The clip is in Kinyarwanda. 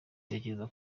tekereza